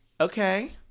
okay